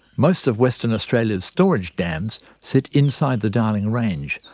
most of western australia's storage dams sit inside the darling range,